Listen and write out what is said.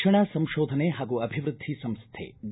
ರಕ್ಷಣಾ ಸಂಶೋಧನೆ ಹಾಗೂ ಅಭಿವೃದ್ಧಿ ಸಂಸ್ಥೆ ಡಿ